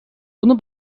bunu